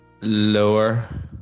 Lower